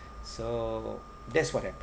so that's what happen